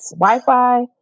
Wi-Fi